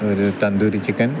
ഒരു തന്തൂരി ചിക്കന്